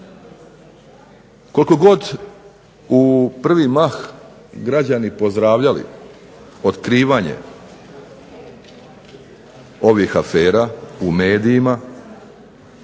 koliko god u u prvi mah građani pozdravljali otkrivanje ovih afera u medijima,